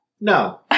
No